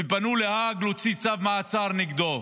ופנו להאג להוציא צו מעצר נגדו.